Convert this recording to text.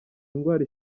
ndwara